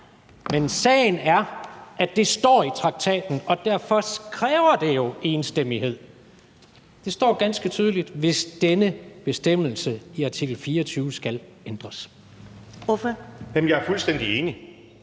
men sagen er, at det står i traktaten, og derfor kræver det jo enstemmighed, hvis denne bestemmelse i artikel 24 skal ændres; det står der ganske tydeligt.